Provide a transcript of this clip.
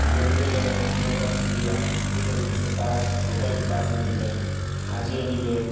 get وے گئے Gate of India اسی طریقے سے تاج ہوٹل کے پاس ہم لوگ گئے حاجی علی گئے